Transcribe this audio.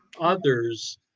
others